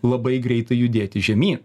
labai greitai judėti žemy